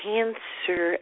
Cancer